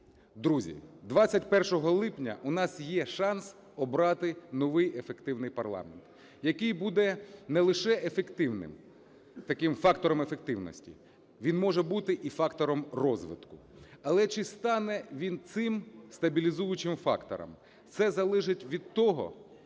Друзі, 21 липня у нас є шанс обрати новий ефективний парламент, який буде не лише ефективним, таким фактором ефективності. Він може бути і фактором розвитку. Але, чи стане він цим стабілізуючим фактором? Це залежить від того,